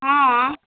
हॅं